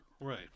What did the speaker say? Right